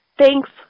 thanks